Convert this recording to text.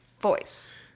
voice